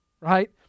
right